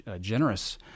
generous